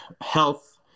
health